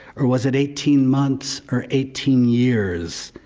or was it eighteen months, or eighteen years.